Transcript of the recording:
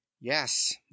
yes